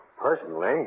personally